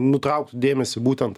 nutrauktų dėmesį būtent